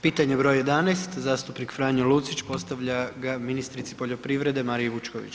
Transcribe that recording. Pitanje broj 11, zastupnik Franjo Lucić postavlja ga ministrici poljoprivrede Mariji Vučković.